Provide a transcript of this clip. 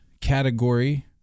category